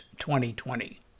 2020